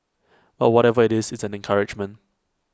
but whatever IT is it's an encouragement